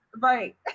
Right